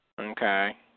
Okay